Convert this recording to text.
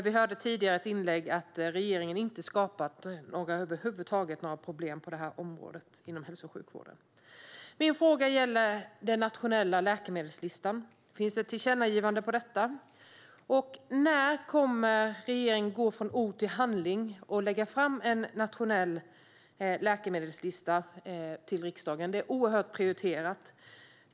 Vi hörde tidigare att regeringen över huvud taget inte har skapat några problem inom hälso och sjukvården. Min fråga gäller den nationella läkemedelslistan. Det finns ett tillkännagivande om detta. När kommer regeringen att gå från ord till handling och lägga fram en nationell läkemedelslista till riksdagen? Detta är oerhört prioriterat.